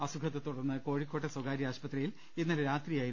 അസുഖത്തെ തുടർന്ന് കോഴിക്കോട്ടെ സ്വകാര്യ ആശുപത്രിയിൽ ഇന്നലെ രാത്രിയായിരുന്നു